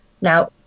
Now